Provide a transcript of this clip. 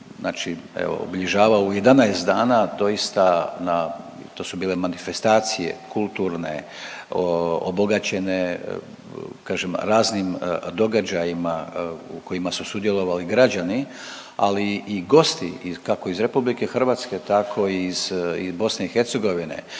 znači evo obilježavao u 11 dana doista na to su bile manifestacije kulturne, obogaćene kažem raznim događajima u kojima su sudjelovali građani, ali i gosti kako iz RH tako iz BiH jer